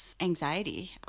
anxiety